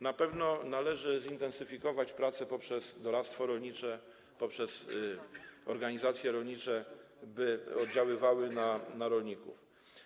Na pewno należy zintensyfikować prace poprzez doradztwo rolnicze, poprzez organizacje rolnicze, by oddziaływały na rolników.